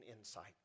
insight